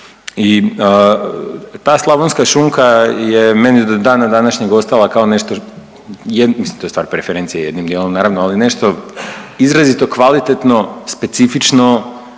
i ta slavonska šunka je meni do dana današnjeg ostala kao nešto, mislim to je stvar preferencije jednim dijelom naravno ali nešto izrazito kvalitetno, specifično.